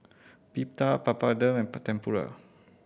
Pita Papadum and Tempura